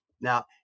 Now